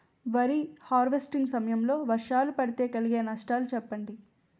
వరి హార్వెస్టింగ్ సమయం లో వర్షాలు పడితే కలిగే నష్టాలు చెప్పండి?